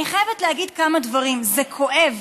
אני חייבת להגיד כמה דברים: זה כואב.